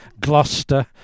Gloucester